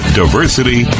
diversity